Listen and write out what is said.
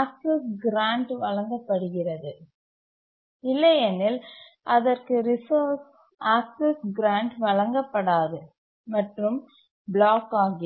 access grant வழங்கப்படுகிறது இல்லையெனில் அதற்கு ரிசோர்ஸ் ஆக்சஸ் கிராண்ட் வழங்கப்படாது மற்றும் பிளாக் ஆகிறது